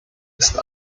ist